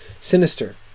sinister